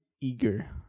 Eager